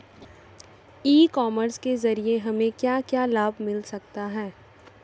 ई commerce के ज़रिए हमें क्या क्या लाभ मिल सकता है?